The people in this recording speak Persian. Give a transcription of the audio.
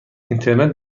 اینترنت